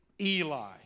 Eli